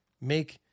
make